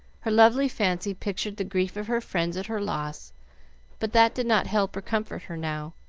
her lively fancy pictured the grief of her friends at her loss but that did not help or comfort her now,